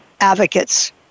advocates